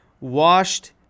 washed